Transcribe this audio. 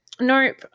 Nope